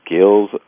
skills